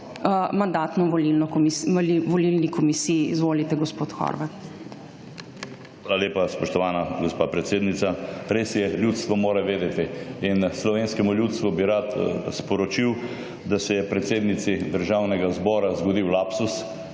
Mandatno-volilni komisiji. Izvolite, gospod Horvat. JOŽEF HORVAT (PS NSi): Hvala lepa, spoštovana gospa predsednica. Res je, ljudstvo mora vedeti. In slovenskemu ljudstvu bi rad sporočil, da se je predsednici Državnega zbora zgodil lapsus